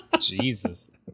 Jesus